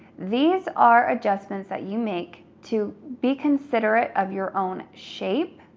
these are adjustments that you make to be considerate of your own shape,